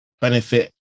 benefit